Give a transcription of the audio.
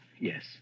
Yes